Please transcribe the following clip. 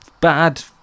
Bad